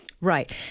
Right